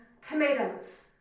Tomatoes